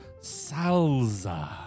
salsa